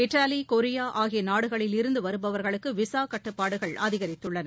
Italy கொரியாஆகியநாடுகளிலிருந்துவருபவர்களுக்குவிசாகட்டுப்பாடுகள் அதிகரித்துள்ளன